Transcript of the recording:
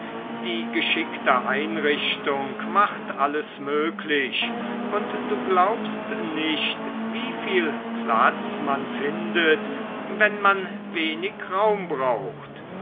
die geschickte einrichtung macht alles möglich und du glaubst nicht wieviel platz man findet wenn man wenig raum braucht